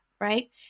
right